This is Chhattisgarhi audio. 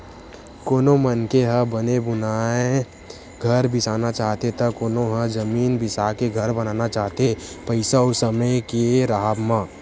कोनो मनखे ह बने बुनाए घर बिसाना चाहथे त कोनो ह जमीन बिसाके घर बनाना चाहथे पइसा अउ समे के राहब म